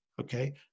Okay